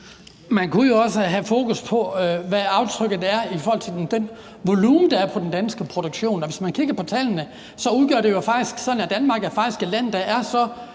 Man kunne jo også have fokus på, hvad aftrykket er i forhold til den volumen, der er på den danske produktion. Altså, hvis man kigger på tallene, er det sådan, at Danmark er et land, hvor vi er så